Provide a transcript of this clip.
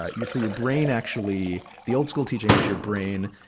ah you see your brain actually the old school teaching was your brain,